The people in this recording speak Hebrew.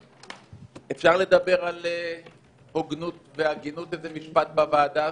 אפשר לדבר על הוגנות והגינות במשפט בוועדה הזאת?